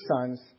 sons